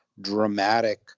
dramatic